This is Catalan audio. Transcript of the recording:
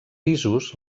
pisos